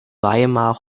weimar